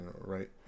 right